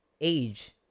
Age